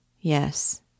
Yes